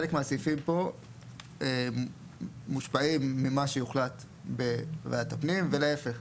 חלק מהסעיפים פה מושפעים ממה שיוחלט בוועדת הפנים ולהיפך.